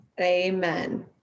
Amen